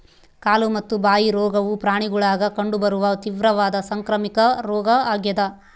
ಕಾಲು ಮತ್ತು ಬಾಯಿ ರೋಗವು ಪ್ರಾಣಿಗುಳಾಗ ಕಂಡು ಬರುವ ತೀವ್ರವಾದ ಸಾಂಕ್ರಾಮಿಕ ರೋಗ ಆಗ್ಯಾದ